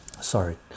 sorry